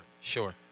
sure